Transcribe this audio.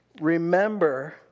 Remember